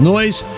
Noise